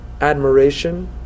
admiration